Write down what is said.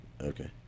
Okay